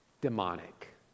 demonic